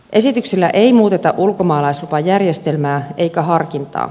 esityksellä ei muuteta ulkomaalaislupajärjestelmää eikä harkintaa